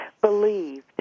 believed